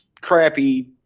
crappy